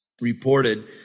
reported